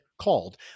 called